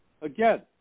Again